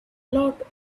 lot